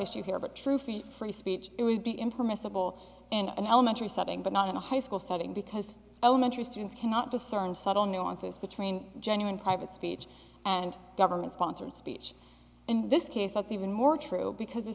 issue here but true for free speech it would be impermissible in an elementary setting but not in a high school setting because own interests and cannot discern subtle nuances between genuine private speech and government sponsored speech in this case that's even more true because the